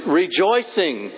rejoicing